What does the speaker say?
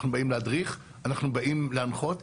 אנחנו באים להדריך, אנחנו באים להנחות.